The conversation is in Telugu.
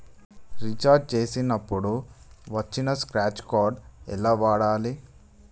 రీఛార్జ్ చేసినప్పుడు వచ్చిన స్క్రాచ్ కార్డ్ ఎలా వాడాలి?